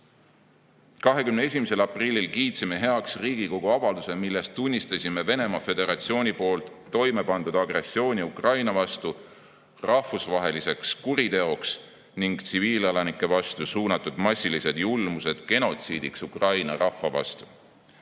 21. aprillil kiitsime heaks Riigikogu avalduse, milles tunnistasime Venemaa Föderatsiooni poolt toime pandud agressiooni Ukraina vastu rahvusvaheliseks kuriteoks ning tsiviilelanike vastu suunatud massilised julmused genotsiidiks Ukraina rahva vastu.